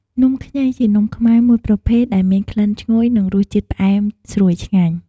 នំខ្ញីជានំខ្មែរមួយប្រភេទ ដែលមានក្លិនឈ្ងុយ និងរសជាតិផ្អែមស្រួយឆ្ងាញ់។